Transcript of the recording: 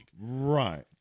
Right